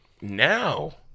Now